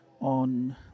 on